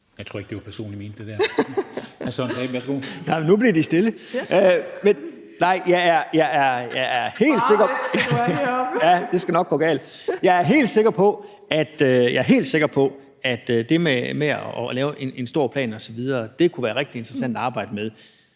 (KF): Nej, men nu blev de stille! Jeg er helt sikker på, at det med at lave en stor plan osv. kunne være rigtig interessant at arbejde med.